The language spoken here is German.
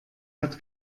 hat